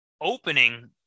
opening